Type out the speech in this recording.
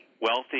Wealthy